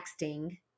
texting